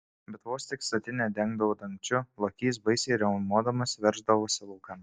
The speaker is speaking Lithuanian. bet vos tik statinę dengdavo dangčiu lokys baisiai riaumodamas verždavosi laukan